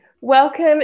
Welcome